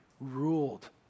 ruled